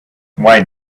why